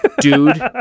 Dude